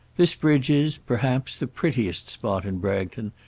this bridge is, perhaps, the prettiest spot in bragton,